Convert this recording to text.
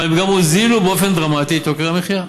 אבל הן גם הורידו באופן דרמטי את יוקר המחיה.